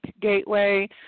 gateway